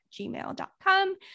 gmail.com